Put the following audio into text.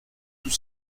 tout